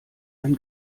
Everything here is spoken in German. ein